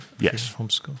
Yes